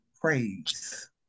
praise